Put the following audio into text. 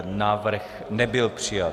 Návrh nebyl přijat.